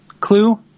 clue